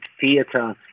theater